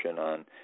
on